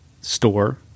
store